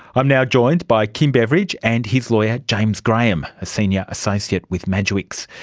um now joined by kim beveridge and his lawyer james graham, a senior associate with madgwicks.